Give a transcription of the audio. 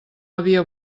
havia